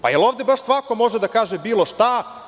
Da li ovde baš svako može da kaže bilo šta.